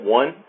one